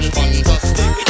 fantastic